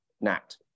Nat